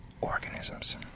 organisms